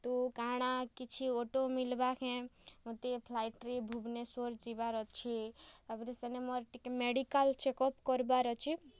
ତ କାଣା କିଛି ଅଟୋ ମିଲ୍ବା କେନ୍ ମୋତେ ଫ୍ଲାଇଟ୍ରେ ଭୁବନେଶ୍ଵର ଯିବାର୍ ଅଛେ ତା'ପରେ ସେନ୍ ମୋର୍ ଟିକେ ମେଡିକାଲ୍ ଚେକଅପ୍ କରବାର୍ ଅଛି